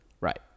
Right